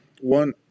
one